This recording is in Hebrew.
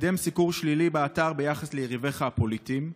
לקדם סיקור שלילי באתר ביחס ליריביך הפוליטיים,